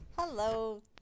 Hello